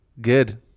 good